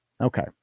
okay